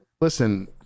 listen